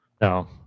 No